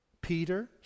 Peter